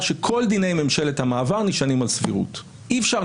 חושבת שעורך הדין וייסמן אמר את זה בצורה מאוד מפורטת ומאוד טובה.